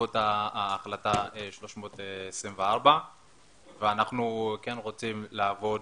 בעקבות החלטה 324. אנחנו כן רוצים לעבוד,